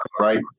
right